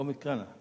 בוא מכאן.